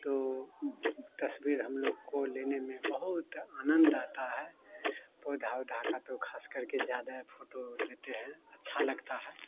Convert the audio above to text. तो तस्वीर हम लोग को लेने में बहुत आनंद आता है पौधा उधा का तो खास करके ज़्यादातर फोटो लेते हैं अच्छा लगता है